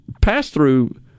pass-through